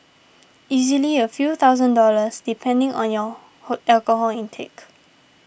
easily a few thousand dollars depending on your hook alcohol intake